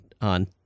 on